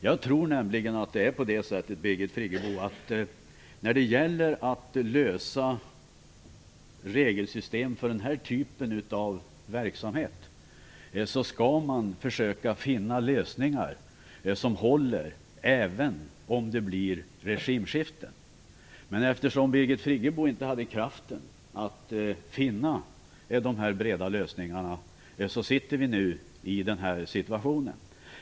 Jag tror nämligen att man, när det gäller att lösa frågor kring regelsystem för den här typen av verksamhet, skall försöka finna lösningar som håller även om det blir regimskifte. Eftersom Birgit Friggebo inte hade kraft att finna dessa breda lösningar, sitter vi nu i den här situationen.